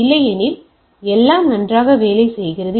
இல்லையெனில் எல்லாம் நன்றாக வேலை செய்கிறது